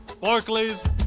Barclays